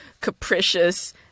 capricious